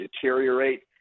deteriorate